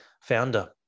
Founder